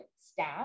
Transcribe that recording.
staff